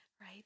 right